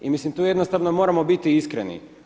I mislim tu jednostavno moramo biti iskreni.